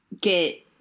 get